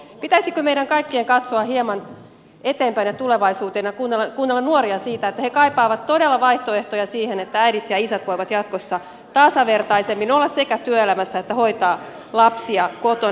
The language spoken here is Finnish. pitäisikö meidän kaikkien katsoa hieman eteenpäin ja tulevaisuuteen ja kuunnella nuoria siitä että he kaipaavat todella vaihtoehtoja siihen että äidit ja isät voivat jatkossa tasavertaisemmin olla sekä työelämässä että hoitaa lapsia kotona